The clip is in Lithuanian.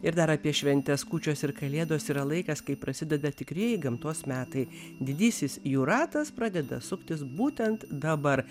ir dar apie šventes kūčios ir kalėdos yra laikas kai prasideda tikrieji gamtos metai didysis jų ratas pradeda suktis būtent dabar